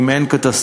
אם אין קטסטרופה,